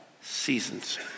Seasons